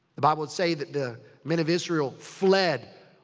the bible would say that the men of israel fled.